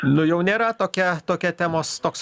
nu jau nėra tokia tokia temos toks